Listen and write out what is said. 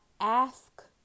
ask